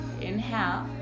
inhale